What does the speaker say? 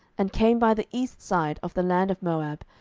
and came by the east side of the land of moab,